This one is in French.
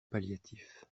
palliatifs